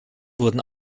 wurden